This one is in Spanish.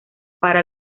para